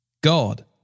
God